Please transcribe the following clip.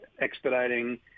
expediting